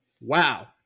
wow